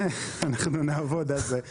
אנחנו נעבוד על זה.